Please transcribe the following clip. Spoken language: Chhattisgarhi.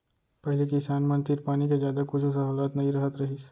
पहिली किसान मन तीर पानी के जादा कुछु सहोलत नइ रहत रहिस